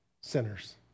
sinners